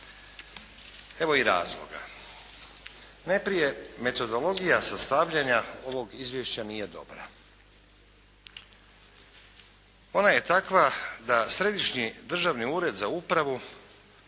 Evo i razloga. Najprije metodologija sastavljanja ovog izvješća nije dobra. Ona je takva da Središnji državni ured za upravu